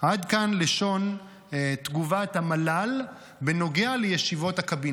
עד כאן לשון התגובה את המל"ל בנוגע לישיבות הקבינט.